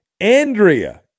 Andrea